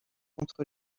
contre